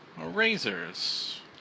Razors